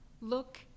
LOOK